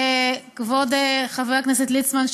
כבוד חבר הכנסת ליצמן,